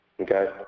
Okay